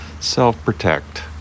self-protect